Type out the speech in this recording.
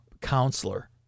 counselor